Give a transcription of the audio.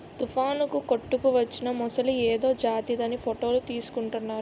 తుఫానుకు కొట్టుకువచ్చిన మొసలి ఏదో జాతిదని ఫోటోలు తీసుకుంటున్నారు